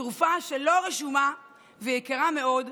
תרופה שאינה רשומה ויקרה מאוד,